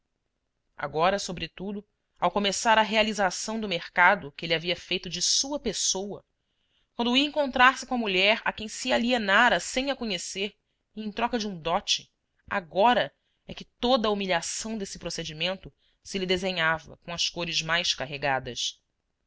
agora sobretudo ao começar a realização do mercado que ele havia feito de sua pessoa quando ia encontrar-se com a mulher a quem se alienara sem a conhecer e em troca de um dote agora é que toda a humilhação desse procedimento se lhe desenhava com as cores mais carregadas